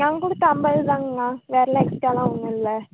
நாங்க கொடுத்தது ஐம்பதுதாங்ணா வேறுலான் எக்ஸ்டாலான் ஒன்றும் இல்லை